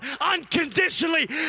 unconditionally